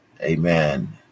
Amen